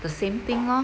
the same thing lor